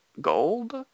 gold